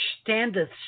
standeth